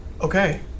Okay